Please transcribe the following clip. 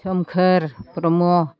Somkhor Brahma